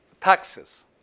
taxes